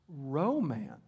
Romance